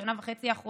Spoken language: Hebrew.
השנה וחצי האחרונות,